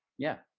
yeah.